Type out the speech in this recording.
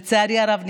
לצערי הרב?